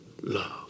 love